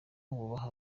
wubaha